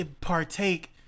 partake